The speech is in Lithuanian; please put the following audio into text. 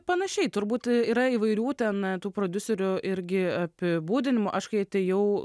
panašiai turbūt yra įvairių ten tų prodiuserių irgi apibūdinimų aš kai atėjau